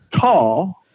tall